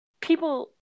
people